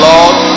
Lord